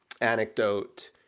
anecdote